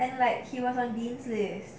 as like he was on dean's list